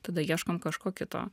tada ieškom kažko kito